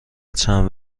چند